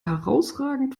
herausragend